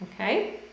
okay